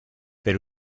per